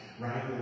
right